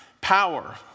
Power